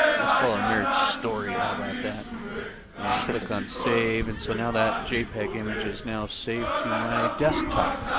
let's call it a marriage story, how about that. and click on save and so now that jpeg image is now saved to my desktop.